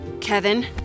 Kevin